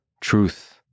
truth